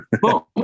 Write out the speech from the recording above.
Boom